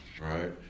Right